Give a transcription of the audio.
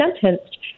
sentenced